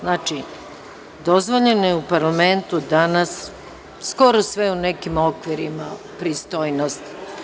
Znači, dozvoljeno je u parlamentu danas skoro sve u nekim okvirima pristojnosti.